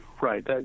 Right